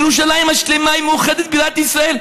ירושלים השלמה והמאוחדת, בירת ישראל.